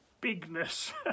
bigness